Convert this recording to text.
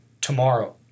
tomorrow